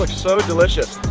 but so delicious.